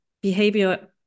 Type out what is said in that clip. behavior